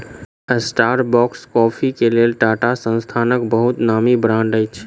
Starbucks coffee के लेल टाटा संस्थानक बहुत नामी ब्रांड अछि